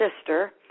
sister